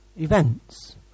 events